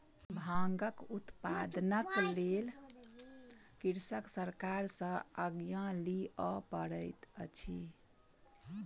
भांगक उत्पादनक लेल कृषक सरकार सॅ आज्ञा लिअ पड़ैत अछि